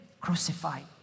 crucified